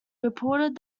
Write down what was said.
reported